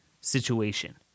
situation